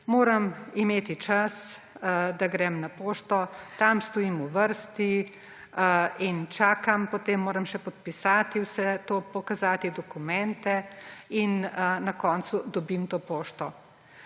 moram imeti čas, da grem na pošto, tam stojim v vrsti in čakam, potem moram še podpisati vse to, pokazati dokumente in na koncu dobim to pošto.